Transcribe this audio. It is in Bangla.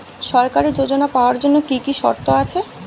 সরকারী যোজনা পাওয়ার জন্য কি কি শর্ত আছে?